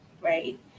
right